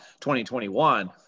2021